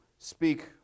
speak